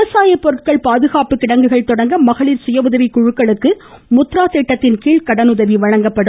விவசாயப் பொருட்கள் பாதுகாப்பு கிடங்குகள் தொடங்க மகளிர் சுயஉதவிக்குழக்களுக்கு முத்ரா திட்டத்தின்கீழ் கடனுதவி வழங்கப்படும்